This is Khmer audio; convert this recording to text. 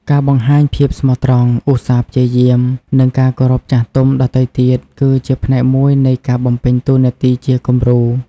ការបង្ហាញភាពស្មោះត្រង់ ឧស្សាហ៍ព្យាយាម និងការគោរពចាស់ទុំដទៃទៀត គឺជាផ្នែកមួយនៃការបំពេញតួនាទីជាគំរូ។